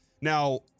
now